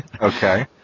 Okay